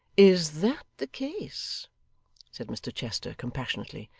is that the case said mr chester, compassionately.